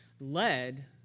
led